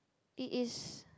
it is